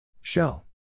Shell